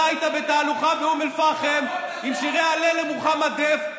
--- אתה היית בתהלוכה באום אל-פחם עם שירי הלל למוחמד דף.